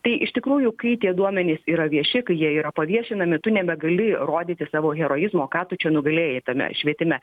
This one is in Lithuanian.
tai iš tikrųjų kai tie duomenys yra vieši kai jie yra paviešinami tu nebegali rodyti savo heroizmo ką tu čia nugalėjai tame švietime